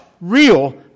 real